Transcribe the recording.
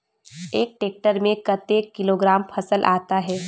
एक टेक्टर में कतेक किलोग्राम फसल आता है?